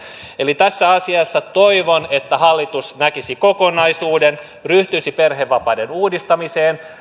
eli tässä asiassa toivon että hallitus näkisi kokonaisuuden ryhtyisi perhevapaiden uudistamiseen ja